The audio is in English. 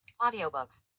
audiobooks